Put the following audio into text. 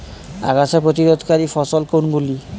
আগাছা প্রতিরোধকারী ফসল কোনগুলি?